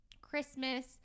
Christmas